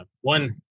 one